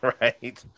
right